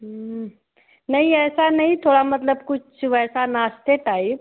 नहीं ऐसा नहीं थोड़ा मतलब कुछ वैसा नाश्ते टाइप